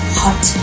hot